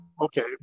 okay